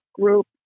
group